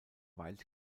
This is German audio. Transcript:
wild